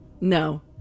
no